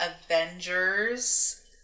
Avengers